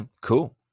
Cool